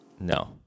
No